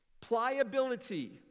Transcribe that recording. pliability